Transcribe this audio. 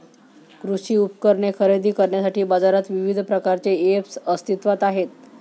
कृषी उपकरणे खरेदी करण्यासाठी बाजारात विविध प्रकारचे ऐप्स अस्तित्त्वात आहेत